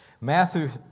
Matthew